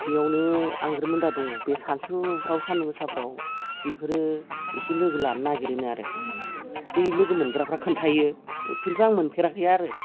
बेयावनो आंग्रोमोनदा दङ बे सानसुफ्राव बे सानदुं गोसाफ्राव बेफोरो इसे लोगो लानो नागिरोनो आरो बै लोगो मोनग्राफ्रा खोनथायो खिन्थु आं मोनफेराखै आरो